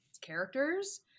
characters